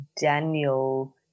Daniel